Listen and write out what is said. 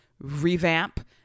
revamp